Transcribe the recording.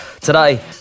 Today